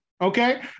okay